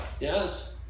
Yes